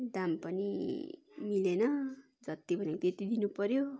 दाम पनि मिलेन जति भनेको त्यति दिनु पऱ्यो